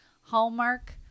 Hallmark